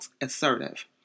assertive